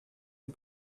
and